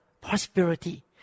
prosperity